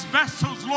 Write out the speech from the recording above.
vessels